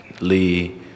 Lee